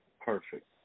Perfect